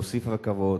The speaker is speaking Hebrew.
להוסיף רכבות.